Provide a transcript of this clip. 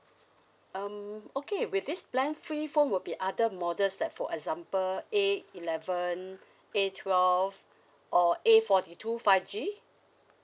um okay with this plan free phone would be other models like for example A eleven A twelve or A forty two five G